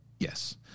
Yes